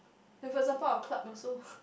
like for example our club also